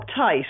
uptight